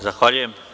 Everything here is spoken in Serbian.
Zahvaljujem.